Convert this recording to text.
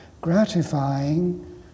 gratifying